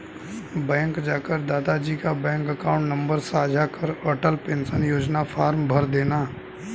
bank जाकर दादा जी का बैंक अकाउंट नंबर साझा कर अटल पेंशन योजना फॉर्म भरदेना